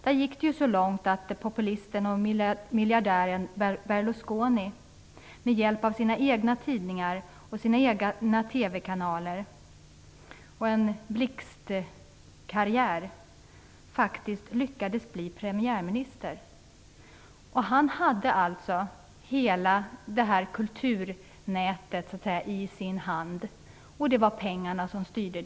Där gick det så långt att populisten och miljardären Berlusconi med hjälp av sina egna tidningar och TV-kanaler gjorde en blixtkarriär och faktiskt lyckades bli premiärminister. Han hade hela kulturnätet i sin hand och det var pengarna som styrde.